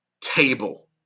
table